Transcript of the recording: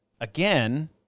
Again